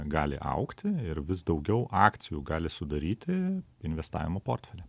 gali augti ir vis daugiau akcijų gali sudaryti investavimo portfelį